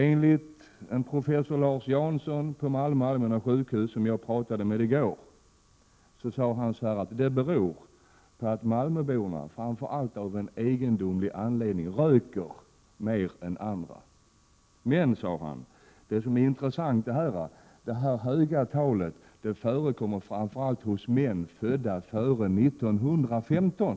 Enligt professor Lars Janzon vid Malmö Allmänna sjukhus, som jag talade med i går, beror det framför allt på att malmöborna av en egendomlig anledning röker mer än andra. Men, sade han, det Prot. 1987/88:92 intressanta är att det höga talet gäller framför allt män födda före år 1915.